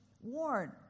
warn